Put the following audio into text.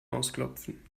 ausklopfen